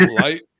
light